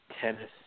tennis